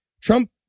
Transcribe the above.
Trump